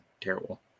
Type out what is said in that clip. terrible